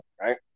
right